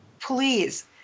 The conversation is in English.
Please